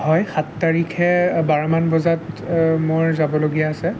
হয় সাত তাৰিখে বাৰমান বজাত মোৰ যাবলগীয়া আছে